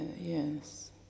yes